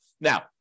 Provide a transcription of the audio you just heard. now